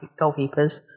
goalkeepers